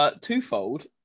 Twofold